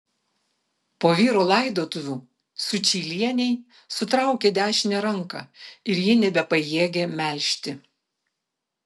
po vyro laidotuvių sučylienei sutraukė dešinę ranką ir ji nebepajėgė melžti